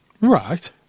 Right